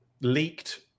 leaked